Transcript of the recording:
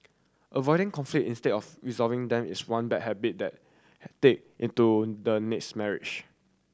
avoiding conflict instead of resolving them is one bad habit that they into the next marriage